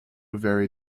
very